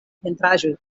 pentraĵoj